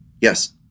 Yes